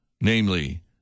namely